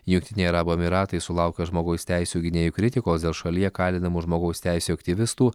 jungtiniai arabų emyratai sulaukė žmogaus teisių gynėjų kritikos dėl šalyje kalinamų žmogaus teisių aktyvistų